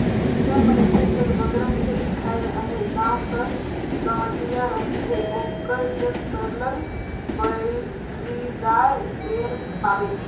जेन मइनसे जग बगरा खेत खाएर अहे गाँव कर गंवटिया रहथे ओकर जग सरलग बइटरीदार इस्पेयर पाबे